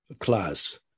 class